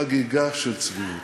איזו חגיגה של צביעות.